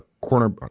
corner